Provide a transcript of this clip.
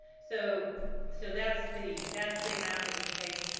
so so that's the that's the amount that we paid